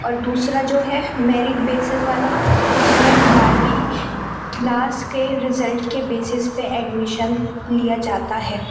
اور دوسرا جو ہے میرٹ بیسس والا اس میں بارویں کلاس کے رزلٹ کے بیسس پہ ایڈمشن لیا جاتا ہے